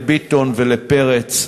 לביטון ולפרץ,